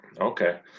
Okay